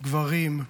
גברים,